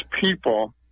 people